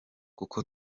kuko